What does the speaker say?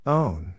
own